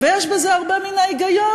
ויש בזה הרבה מן ההיגיון,